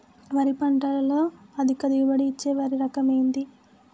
వరి పంట లో అధిక దిగుబడి ఇచ్చే వరి రకం ఏది?